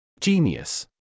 Genius